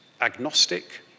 agnostic